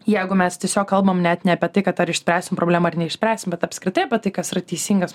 jeigu mes tiesiog kalbam net ne apie tai kad ar išspręsim problemą ar neišspręsim bet apskritai apie tai kas yra teisingas